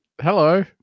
Hello